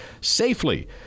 safely